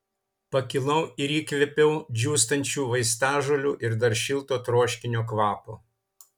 pakilau ir įkvėpiau džiūstančių vaistažolių ir dar šilto troškinio kvapo